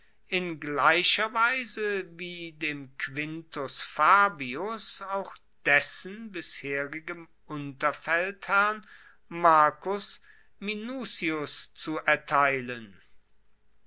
in gleicher weise wie dem quintus fabius auch dessen bisherigem unterfeldherrn marcus minucius zu erteilen